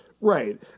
Right